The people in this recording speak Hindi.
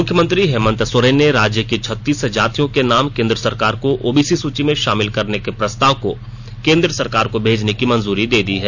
मुख्यमंत्री हेमंत सोरेन ने राज्य की छत्तीस जातियों के नाम केन्द्र सरकार की ओबीसी सूची में शामिल करने के प्रस्ताव को केन्द्र सरकार को भेजने की मंजूरी दे दी है